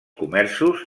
comerços